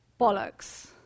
bollocks